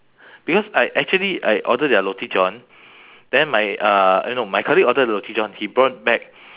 because I actually I order their roti john then my uh eh no my colleague order the roti john he brought back